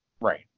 Right